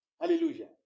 Hallelujah